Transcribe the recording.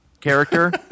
character